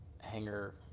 hanger